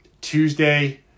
Tuesday